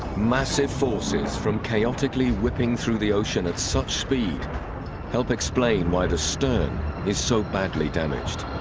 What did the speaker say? massive forces from chaotically whipping through the ocean at such speed help explain why the stern is so badly damaged